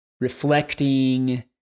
reflecting